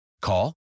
Call